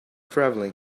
travelling